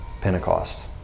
Pentecost